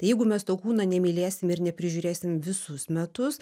jeigu mes to kūno nemylėsim ir neprižiūrėsim visus metus